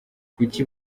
kuki